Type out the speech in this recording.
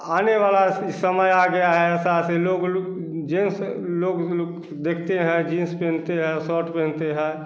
आने वाला सी समय आ गया है ऐसा असे लोग लोग जेन्स लोग लोग देखते हैं जिन्स पहनते हैं शर्ट पहनते हैं